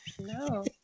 No